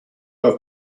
have